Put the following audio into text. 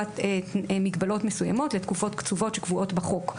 מגבלות מסוימות לתקופות קצובות שקבועות בחוק.